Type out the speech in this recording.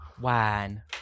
One